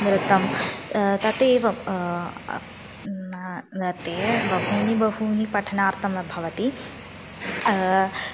नृत्तं तदेवं नृत्ये बहूनि बहूनि पठनार्थं भवति